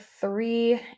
three